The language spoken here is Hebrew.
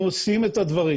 אנחנו עושים את הדברים.